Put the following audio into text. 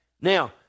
Now